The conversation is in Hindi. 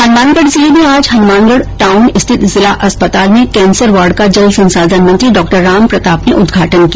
हनुमानगढ जिले में आज हनुमानगढ टाउन स्थित जिला अस्पताल में कैंसर वार्ड का जल संसाधन मंत्री डा रामप्रताप ने उद्घाटन किया